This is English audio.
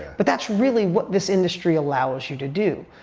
but that's really what this industry allows you to do.